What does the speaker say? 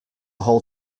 whole